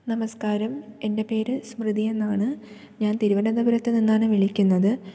നമസ്കാരം എൻ്റെ പേര് സ്മൃതിയെന്നാണ് ഞാൻ തിരുവനന്തപുരത്ത് നിന്നാണ് വിളിക്കുന്നത്